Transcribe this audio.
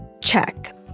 check